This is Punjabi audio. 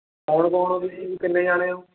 ਕੌਣ ਕੌਣ ਹੋ ਤੁਸੀਂ ਕਿੰਨੇ ਜਣੇ ਹੋ